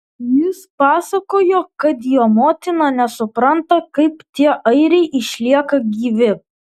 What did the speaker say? jis pasakojo kad jo motina nesupranta kaip tie airiai išlieka gyvi